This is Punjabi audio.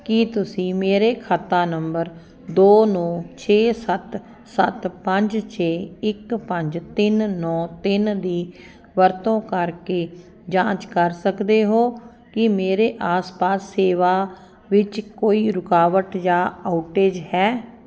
ਕੀ ਤੁਸੀਂ ਮੇਰੇ ਖਾਤਾ ਨੰਬਰ ਦੋ ਨੌਂ ਛੇ ਸੱਤ ਸੱਤ ਪੰਜ ਛੇ ਇੱਕ ਪੰਜ ਤਿੰਨ ਨੌਂ ਤਿੰਨ ਦੀ ਵਰਤੋਂ ਕਰਕੇ ਜਾਂਚ ਕਰ ਸਕਦੇ ਹੋ ਕੀ ਮੇਰੇ ਆਸ ਪਾਸ ਸੇਵਾ ਵਿੱਚ ਕੋਈ ਰੁਕਾਵਟ ਜਾਂ ਆਉਟੇਜ ਹੈ